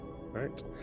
right